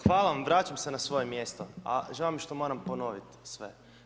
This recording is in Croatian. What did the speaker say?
Hvala vam, vraćam se na svoje mjesto, a žao mi je što moram ponoviti sve.